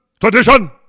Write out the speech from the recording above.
tradition